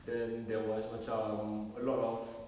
then there was macam a lot of